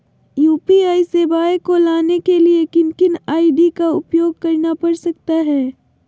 UPI सेवाएं को लाने के लिए किन किन आई.डी का उपयोग करना पड़ सकता है?